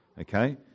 okay